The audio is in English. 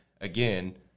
again